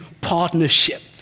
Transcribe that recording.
partnership